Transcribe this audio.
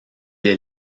est